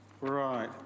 Right